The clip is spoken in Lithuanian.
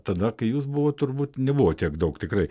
tada kai jūs buvot turbūt nebuvo tiek daug tikrai